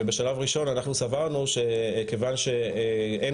ובשלב ראשון אנחנו סברנו שכיוון שאין